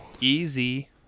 easy